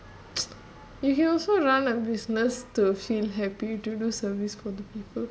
you can also run a business to feel happy to do service for people